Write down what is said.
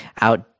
out